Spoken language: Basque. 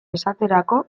esaterako